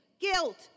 guilt